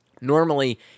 Normally